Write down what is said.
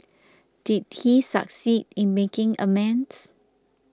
did he succeed in making amends